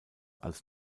als